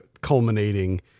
culminating